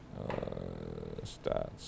Stats